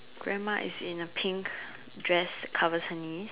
grandma is in a pink dress covers her knees